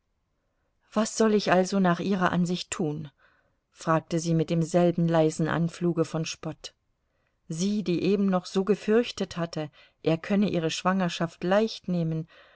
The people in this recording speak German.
was soll ich also nach ihrer ansicht tun fragte sie mit demselben leisen anfluge von spott sie die eben noch so gefürchtet hatte er könne ihre schwangerschaft